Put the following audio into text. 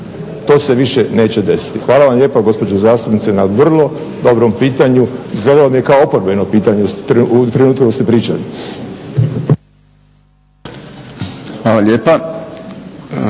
To se više neće desiti. Hvala vam lijepa gospođo zastupnice na vrlo dobrom pitanju. Izgledalo mi je kao oporbeno pitanje u trenutku dok ste pričali. **Šprem,